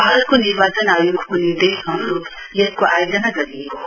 भारतको निर्वाचन आयोगको निर्देश अनुरुप यसको आयोजना गरिएको हो